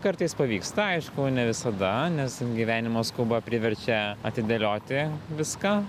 kartais pavyksta aišku ne visada nes gyvenimo skuba priverčia atidėlioti viską